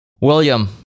William